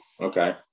okay